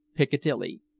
piccadilly.